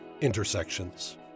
Intersections